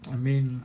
I mean